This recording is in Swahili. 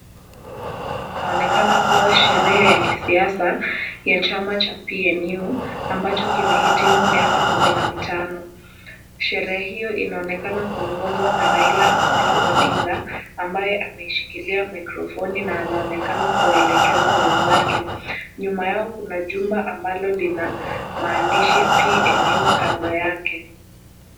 Hii inaonekana kuwa sherehe ya kisiasa ya chama cha PNU ambacho kimehitimu miaka kumi na mitano. Sherehe hiyo inaonekana kuongozwa na Raila Amolo Odinga, ambaye ameshikilia maikrofoni na anaonekana kuwaelekeza wenzake. Nyuma yao kuna jumba ambalo lina maandishi ya PNU kando yake.